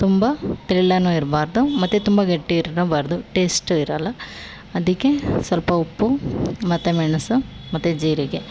ತುಂಬ ತೆಳ್ಳಗೂ ಇರಬಾರ್ದು ಮತ್ತು ತುಂಬ ಗಟ್ಟಿ ಇರಲೂಬಾರ್ದು ಟೇಸ್ಟು ಇರೋಲ್ಲ ಅದಕ್ಕೆ ಸ್ವಲ್ಪ ಉಪ್ಪು ಮತ್ತು ಮೆಣಸು ಮತ್ತು ಜೀರಿಗೆ